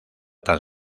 tan